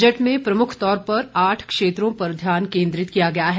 budget में प्रमुख तौर पर आठ क्षेत्रों पर ध्यान केंद्रित किया गया है